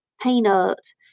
peanuts